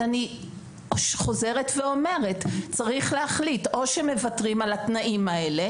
אני חוזרת ואומרת שצריך להחליט או שמוותרים על התנאים האלה